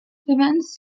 stephens